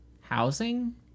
housing